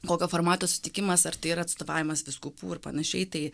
kokio formato sutikimas ar tai yra atstovavimas vyskupų ir panašiai tai